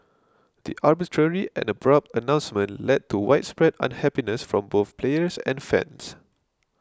the arbitrary and abrupt announcement led to widespread unhappiness from both players and fans